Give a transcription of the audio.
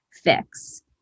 fix